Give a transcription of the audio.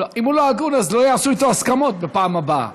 אם הוא לא הגון אז לא יעשו אתו הסכמות בפעם הבאה.